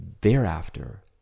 Thereafter